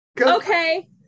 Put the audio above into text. Okay